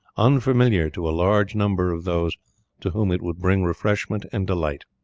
unfamiliar to a large number of those to whom it would bring refreshment and delight.